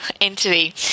entity